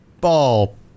ball